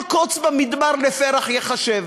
כל קוץ במדבר לפרח ייחשב.